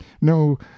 no